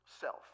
self